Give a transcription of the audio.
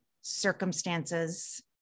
circumstances